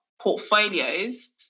portfolios